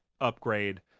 upgrade